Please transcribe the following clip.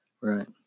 right